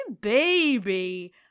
baby